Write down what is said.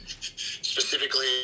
specifically